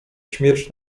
śmierć